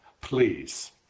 Please